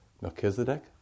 Melchizedek